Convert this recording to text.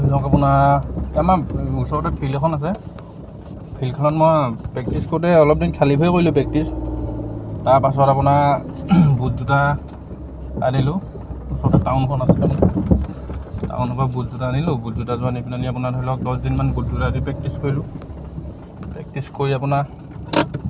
ধৰি লওক আপোনাৰ আমাৰ ওচৰতে ফিল্ড এখন আছে ফিল্ডখনত মই প্ৰেক্টিছ কৰোঁতে অলপ দিন খালি ভৰিৰে কৰিলোঁ প্ৰেক্টিছ তাৰপাছত আপোনাৰ বুট জোতা আনিলোঁ ওচৰতে টাউনখন আছে টাউনৰ পা বুট জোতা আনিলোঁ বুট জোতা যোৰ আনি পিনে নি আপোনাৰ ধৰি লওক দছদিনমান বুট জোতা দি প্ৰেক্টিছ কৰিলোঁ প্ৰেক্টিছ কৰি আপোনাৰ